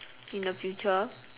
in the future